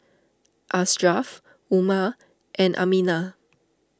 Ashraf Umar and Aminah